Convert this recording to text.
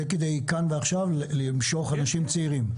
זה כדי למשוך כאן ועכשיו אנשים צעירים?